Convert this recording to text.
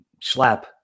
slap